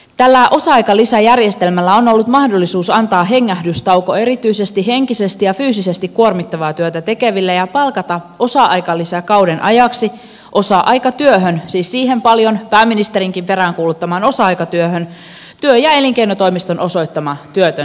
tällä osa aikalisäjärjestelmällä on ollut mahdollisuus antaa hengähdystauko erityisesti henkisesti ja fyysisesti kuormittavaa työtä tekeville ja palkata osa aikalisäkauden ajaksi osa aikatyöhön siis siihen paljon pääministerinkin peräänkuuluttamaan osa aikatyöhön työ ja elinkeinotoimiston osoittama työtön työnhakija